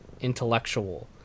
intellectual